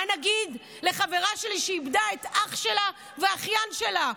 מה נגיד לחברה שלי, שאיבדה את אח שלה ואחיין שלה?